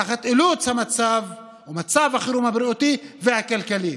תחת אילוץ המצב, מצב החירום הבריאותי והכלכלי.